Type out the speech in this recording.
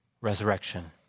resurrection